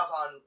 on